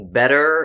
better